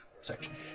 section